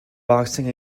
boxing